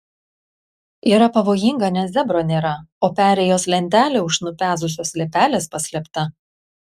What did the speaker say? yra pavojinga nes zebro nėra o perėjos lentelė už nupezusios liepelės paslėpta